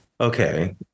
okay